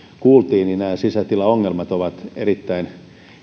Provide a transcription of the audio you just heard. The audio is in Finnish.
kuultiin nämä sisätilaongelmat ovat erittäin